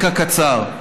רקע קצר: